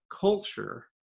culture